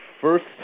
first